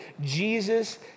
Jesus